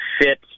fit